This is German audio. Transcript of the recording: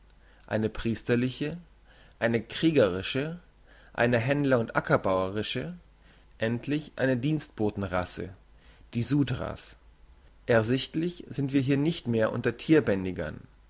eine priesterliche eine kriegerische eine händler und ackerbauerische endlich eine dienstboten rasse die sudras ersichtlich sind wir hier nicht mehr unter